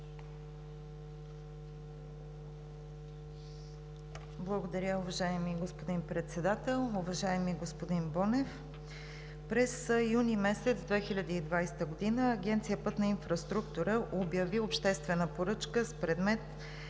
Благодаря, уважаеми господин Председател. Уважаеми господин Бонев, през месец юни 2020 г. Агенция „Пътна инфраструктура“ обяви обществена поръчка с предмет